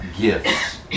gifts